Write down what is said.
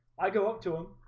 i go up to him,